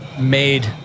made